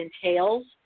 entails